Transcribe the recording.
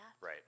Right